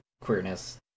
queerness